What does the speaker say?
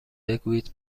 بگویید